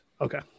Okay